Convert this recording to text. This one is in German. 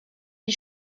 die